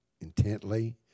intently